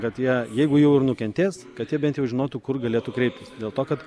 kad jie jeigu jau ir nukentės kad jie bent jau žinotų kur galėtų kreiptis dėl to kad